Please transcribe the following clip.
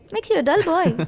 makes you a dull boy.